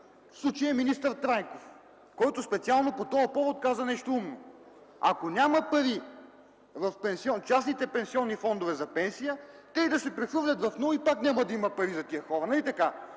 в случая министър Трайков, който специално по този повод каза нещо умно – ако няма пари в частните пенсионни фондове за пенсия, те и да се прехвърлят в НОИ, пак няма да има пари за тези хора, нали така?!